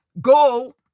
go